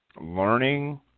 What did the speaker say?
learning